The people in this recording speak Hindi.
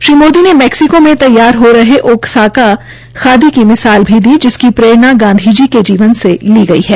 श्री मोदी ने मैक्सिको में तैयार हो रहे ओसाका खादी की मिसाल भी दी जिसकी प्ररेणा गांधी जी के जीवन से ली गई है